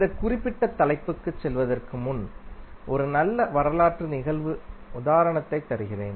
இந்த குறிப்பிட்ட தலைப்புக்குச் செல்வதற்கு முன் ஒரு நல்ல வரலாற்று நிகழ்வு உதாரணத்தை தருகிறேன்